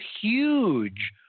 huge